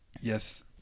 Yes